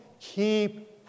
Keep